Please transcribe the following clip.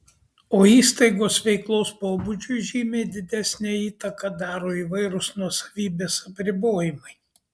o įstaigos veiklos pobūdžiui žymiai didesnę įtaką daro įvairūs nuosavybės apribojimai